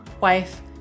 wife